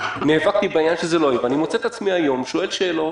נאבקתי בעניין שזה לא --- אני מוצא את עצמי היום שואל שאלות